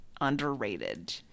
underrated